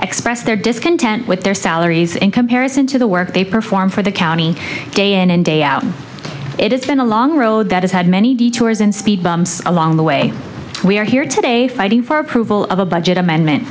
express their discontent with their salaries in comparison to the work they perform for the county day in and day out it has been a long road that has had many detours and speed bumps along the way we are here today fighting for approval of a budget amendment